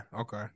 okay